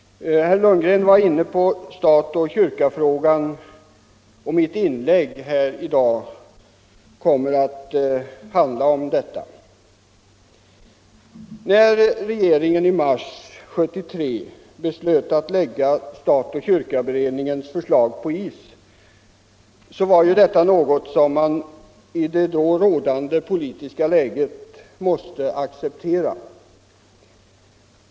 Herr Lundgren berörde stat-kyrka-frågan, och mitt inlägg här i dag kommer att handla om denna fråga. När regeringen i mars 1973 beslöt att lägga stat-kyrka-beredningens förslag på is var detta något som man i det då rådande politiska läget måste acceptera.